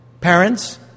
parents